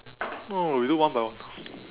no no we do one by one